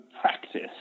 practice